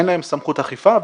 אין להם סמכות אכיפה,